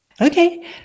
Okay